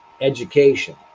education